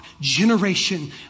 generation